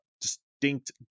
distinct